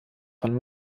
von